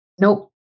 Nope